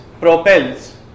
propels